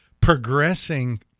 progressing